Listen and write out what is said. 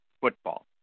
football